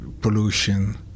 pollution